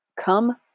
come